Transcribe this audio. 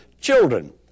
children